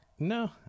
No